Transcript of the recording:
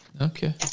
Okay